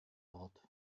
ort